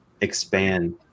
expand